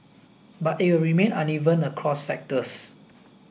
but it will remain uneven across sectors